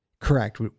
Correct